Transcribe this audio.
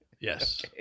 yes